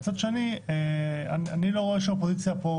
מצד שני, אני לא רואה שהאופוזיציה פה